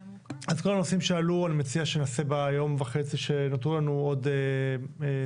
הנושאים שעלו אני מציע שנעשה ביום וחצי שנותרו לנו עוד סבב,